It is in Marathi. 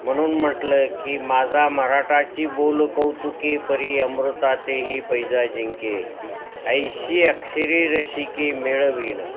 म्हणून म्हटलं आहे की माझा मराठाची बोल कौतुके परी अमृतातेही पैजा जिंके ऐशी अक्षरी रसिके मेळवीन